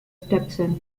stepson